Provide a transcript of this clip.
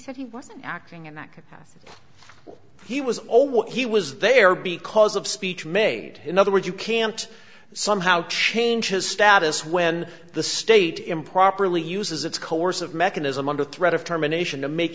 said he was acting and that he was all what he was there because of speech made in other words you can't somehow change his status when the state improperly uses its coercive mechanism under threat of terminations to make